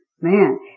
man